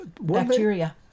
Bacteria